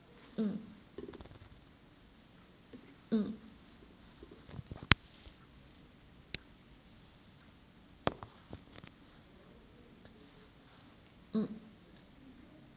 mm mm mm